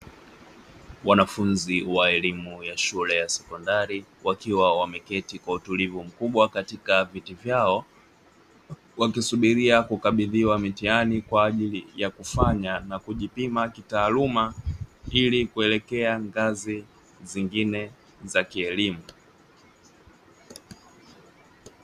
Wanafunzi wa elimu ya shule ya sekondari wakiwa wameketi kwa utulivu mkubwa katika viti vyao, wakisubiria kukabidhiwa mitihani kwa ajili ya kufanya na kujipima kitaaluma ili kuelekea ngazi zingine za kielimu.